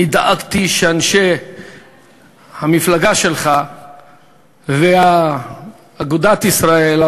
כמי שריכז את זה בוועדת הכספים דאגתי שאנשי המפלגה שלך ואגודת ישראל,